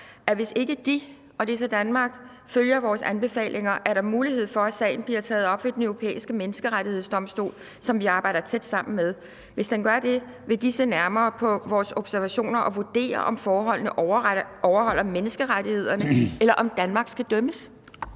at hvis ikke de – og det er så Danmark – følger vores anbefalinger, er der mulighed for, at sagen bliver taget op ved Den Europæiske Menneskerettighedsdomstol, som vi arbejder tæt sammen med. Hvis den gør det, vil de se nærmere på vores observationer og vurdere, om forholdene overholder menneskerettighederne, eller om Danmark skal dømmes.